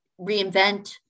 reinvent